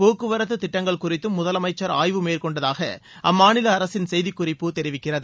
போக்குவரத்து திட்டங்கள் குறித்தும் முதலமைச்சர் அம்மாநில அரசின் செய்திக்குறிப்பு தெரிவிக்கிறது